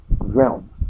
realm